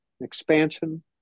expansion